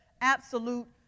absolute